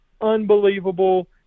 unbelievable